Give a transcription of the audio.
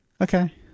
Okay